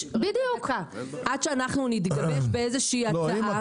עד שאנחנו נתגבש באיזה שהיא הצעה.